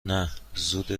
نه، زود